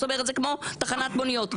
זאת אומרת, זה כמו תחנת מוניות.